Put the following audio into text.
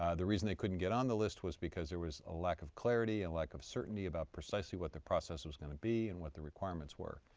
ah the reason they couldn't get on the list was because there was a lack of clarity, a lack of certainty about precisely what the process was going to be and what the requirements were.